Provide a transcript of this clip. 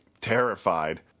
terrified